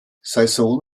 saison